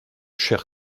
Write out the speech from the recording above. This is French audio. chers